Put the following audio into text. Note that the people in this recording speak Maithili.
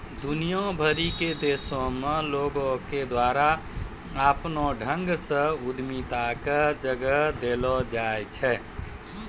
दुनिया भरि के देशो मे लोको के द्वारा अपनो ढंगो से उद्यमिता के जगह देलो जाय छै